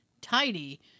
tidy